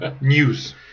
news